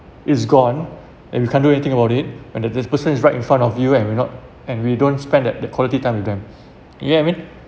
is gone and you can't do anything about it and if this person is right in front of you and we not and we don't spend that that quality time with them you get I mean